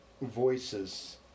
voices